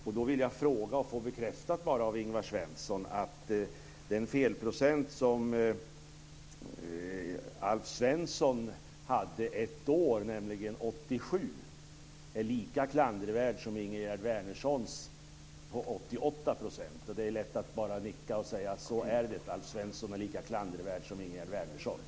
Jag vill bara få bekräftat av Ingvar Svensson att den felprocent som Alf Svensson hade ett år, nämligen 87 %, är lika klandervärd som Ingegerd Wärnerssons 88 %. Det är lätt att bara nicka och säga: Så är det. Alf Svensson är lika klandervärd som Ingegerd